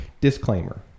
disclaimer